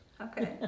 Okay